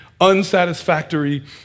unsatisfactory